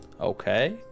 Okay